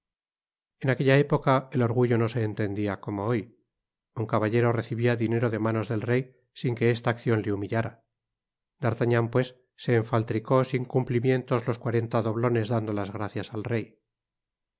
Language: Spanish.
en aquella época el orgullo no se entendia como hoy un caballero recibia dinero de manos del rey sin que esta accion le humillara d'artagnan pues se enfaltricó sin cumplimientos los cuarenta doblones dando las gracias al rey